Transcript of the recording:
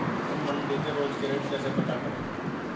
हम मंडी के रोज के रेट कैसे पता करें?